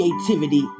creativity